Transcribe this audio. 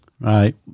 Right